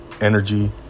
energy